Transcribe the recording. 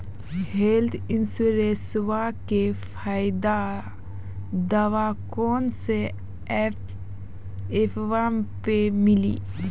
Health इंश्योरेंसबा के फायदावा कौन से ऐपवा पे मिली?